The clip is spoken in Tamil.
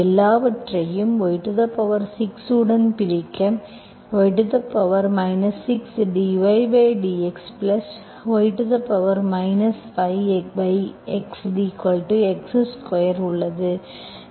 எல்லாவற்றையும் y6 உடன் பிரிக்க y 6dydxy 5xx2 உள்ளது